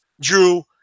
Drew